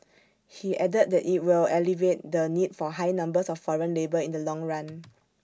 he added that IT will alleviate the need for high numbers of foreign labour in the long run